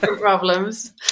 problems